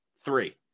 three